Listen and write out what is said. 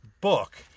book